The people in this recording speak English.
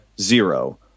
Zero